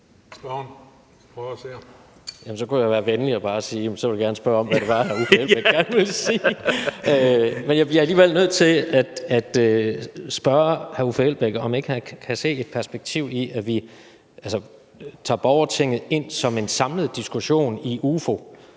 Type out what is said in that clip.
hr. Uffe Elbæk, om ikke han kan se et perspektiv i, at vi tager borgertinget ind som en samlet diskussion i UFO